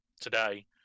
today